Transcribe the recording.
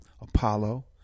Apollo